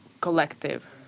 collective